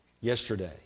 Yesterday